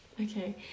Okay